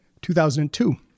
2002